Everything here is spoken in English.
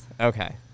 Okay